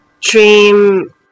Dream